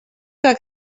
que